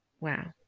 wow